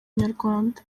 inyarwanda